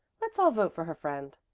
let's all vote for her friend.